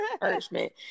punishment